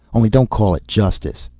only don't call it justice.